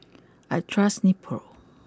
I trust Nepro